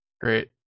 Great